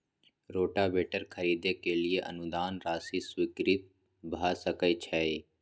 Rotavator खरीदे के लिए अनुदान राशि स्वीकृत भ सकय छैय?